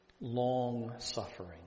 Long-suffering